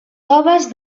coves